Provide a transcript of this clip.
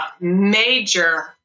Major